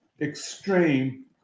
extreme